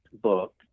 book